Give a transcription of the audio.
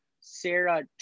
sarah